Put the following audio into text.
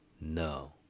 No